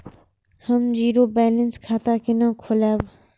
हम zero balance खाता केना खोलाब?